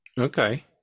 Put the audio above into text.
Okay